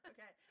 Okay